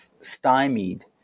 stymied